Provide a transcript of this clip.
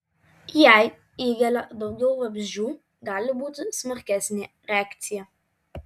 jei įgelia daugiau vabzdžių gali būti smarkesnė reakcija